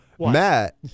Matt